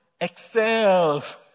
excels